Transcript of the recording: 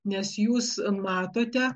nes jūs matote